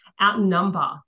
outnumber